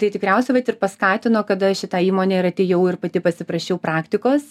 tai tikriausiai vat ir paskatino kad aš į tą įmonę ir atėjau ir pati pasiprašiau praktikos